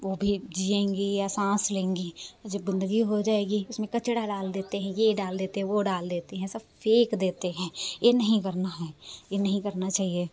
वो भी जिएंगी या सांस लेंगी जब गंदगी हो जाएगी उसमें कचड़ा डाल देते हैं ये डाल देते हैं वो डाल देते हैं सब फेंक देते हैं ये नहीं करना है ये नहीं करना चहिए